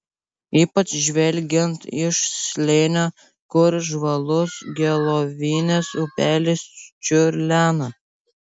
ypač žvelgiant iš slėnio kur žvalus gelovinės upelis čiurlena